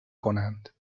کنند